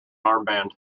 armband